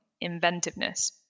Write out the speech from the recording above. inventiveness